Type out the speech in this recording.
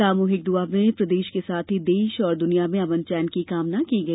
सामुहिक द्आ में प्रदेश के साथ ही देश और दुनिया में अमन चैन की कामना की गई